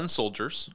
soldiers